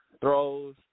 throws